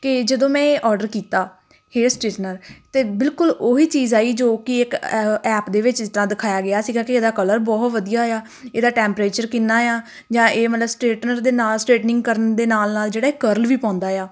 ਕਿ ਜਦੋਂ ਮੈਂ ਇਹ ਔਡਰ ਕੀਤਾ ਹੇਅਰ ਸਟੇਟਨਰ ਤਾਂ ਬਿਲਕੁਲ ਉਹੀ ਚੀਜ਼ ਆਈ ਜੋ ਕਿ ਇੱਕ ਐਪ ਦੇ ਵਿੱਚ ਜਿਸ ਤਰ੍ਹਾਂ ਦਿਖਾਇਆ ਗਿਆ ਸੀਗਾ ਕਿ ਇਹਦਾ ਕਲਰ ਬਹੁਤ ਵਧੀਆ ਆ ਇਹਦਾ ਟੈਂਪਰੇਚਰ ਕਿੰਨਾ ਆ ਜਾਂ ਇਹ ਮਤਲਬ ਸਟੇਟਨਰ ਦੇ ਨਾ ਸਟੇਟਨਿੰਗ ਕਰਨ ਦੇ ਨਾਲ ਨਾਲ ਜਿਹੜਾ ਇਹ ਕਰਲ ਵੀ ਪਾਉਂਦਾ ਆ